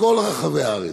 בכל רחבי הארץ.